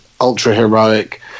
ultra-heroic